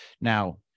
Now